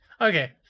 Okay